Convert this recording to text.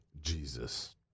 Jesus